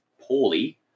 poorly